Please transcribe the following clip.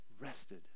Rested